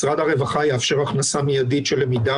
משרד הרווחה יאפשר הכנסה מיידית של למידה